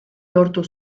lortu